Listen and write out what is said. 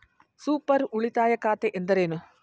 Super ಉಳಿತಾಯ ಖಾತೆ ಎಂದರೇನು?